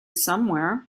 somewhere